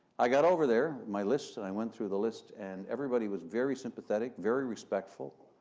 i got over there, my list. and i went through the list and everybody was very sympathetic, very respectful,